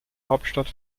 hauptstadt